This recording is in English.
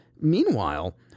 meanwhile